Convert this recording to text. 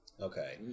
Okay